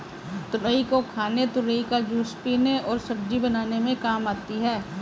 तुरई को खाने तुरई का जूस पीने और सब्जी बनाने में काम आती है